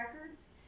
records